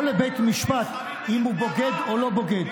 או לבית משפט, אם הוא בוגד או לא בוגד.